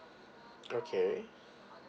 okay